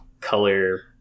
color